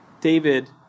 David